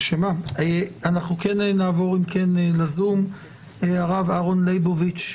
אנחנו נעבור לזום לשמוע את הרב אהרון ליבוביץ',